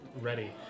ready